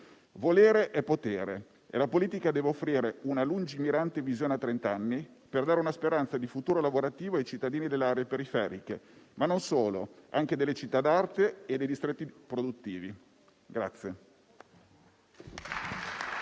Volere è potere e la politica deve offrire una lungimirante visione a trenta anni, per dare una speranza di futuro lavorativo ai cittadini non solo delle aree periferiche, ma anche delle città d'arte e dei distretti produttivi.